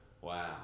wow